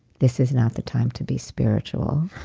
this is not the time to be spiritual.